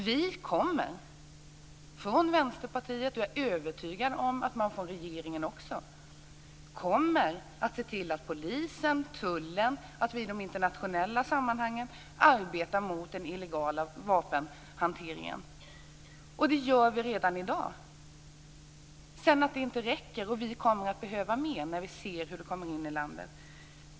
Vi kommer från Vänsterpartiet och - det är jag övertygad om - även från regeringen att se till att polisen och tullen, också i de internationella sammanhangen, arbetar mot den illegala vapenhanteringen. Detta gör vi redan i dag. Det räcker inte, och vi kommer att behöva mer. Vi ser ju vad som kommer in i landet.